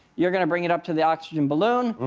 you're going to bring it up to the oxygen balloon,